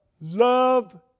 love